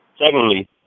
Secondly